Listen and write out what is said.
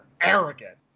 arrogant